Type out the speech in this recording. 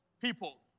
people